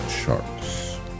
sharks